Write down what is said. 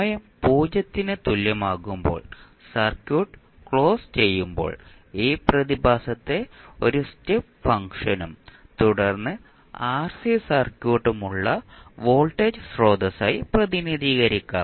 സമയം 0 ന് തുല്യമാകുമ്പോൾ സർക്യൂട്ട് ക്ലോസ് ചെയ്യുമ്പോൾ ഈ പ്രതിഭാസത്തെ ഒരു സ്റ്റെപ്പ് ഫംഗ്ഷനും തുടർന്ന് ആർസി സർക്യൂട്ടും ഉള്ള വോൾട്ടേജ് സ്രോതസ്സായി പ്രതിനിധീകരിക്കാം